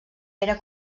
era